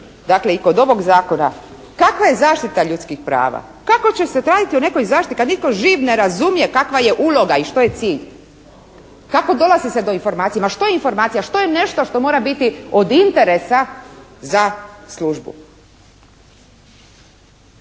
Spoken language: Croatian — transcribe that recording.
dakle i kod ovog zakona kakva je zaštita ljudskih prava? Kako će se …/Govornik se ne razumije./… o nekoj zaštiti, kad nitko živ ne razumije kakva je uloga i što je cilj? Kako dolazi se do informacija? Ma, što je informacija? Što je nešto što mora biti od interesa za službu?